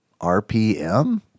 RPM